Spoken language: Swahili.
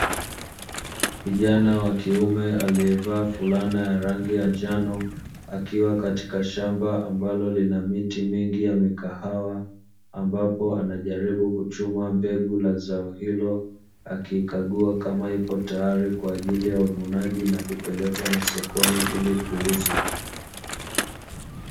Kijana wa kiume aliyevaa fulana ya rangi ya njano akiwa katika shamba ambalo lina miti mingi ya mikahawa, ambapo anajaribu kuchuma mbegu za zao hilo akikagua kama ipo tayari kwa ajili ya uvunaji na kupelekwa masokoni ili kuuzwa.